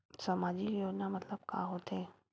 सामजिक योजना मतलब का होथे?